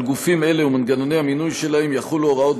על גופים אלו ומנגנוני המינוי שלהם יחולו הוראות